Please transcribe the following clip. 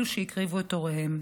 אלו שהקריבו את הוריהם.